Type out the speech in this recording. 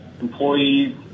employees